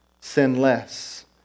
sinless